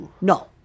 No